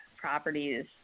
properties